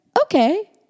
Okay